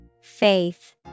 Faith